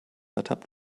ertappt